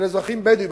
של אזרחים בדואים.